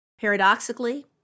Paradoxically